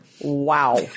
Wow